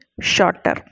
shorter